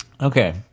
Okay